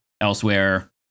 elsewhere